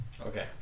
okay